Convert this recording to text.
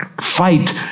Fight